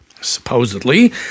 supposedly